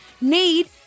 need